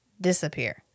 disappear